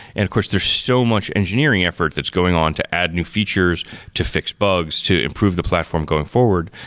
and of course, there's so much engineering effort that's going on to add new features to fix bugs, to improve the platform going forward.